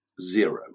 zero